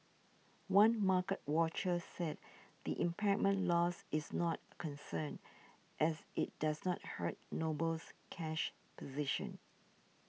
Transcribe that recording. one market watcher said the impairment loss is not a concern as it does not hurt Noble's cash position